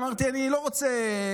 אמרתי, אני לא רוצה,